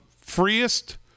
freest